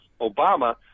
Obama